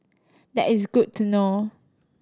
that is good to know